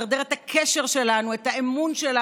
מדרדר את הקשר שלנו עם הציבור,